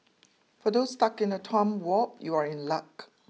for those stuck in a time warp you are in luck